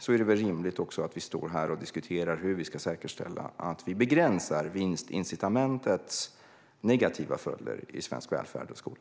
Då är det väl rimligt att diskutera hur vi kan säkerställa en begränsning av vinstincitamentets negativa följder i svensk välfärd och skola.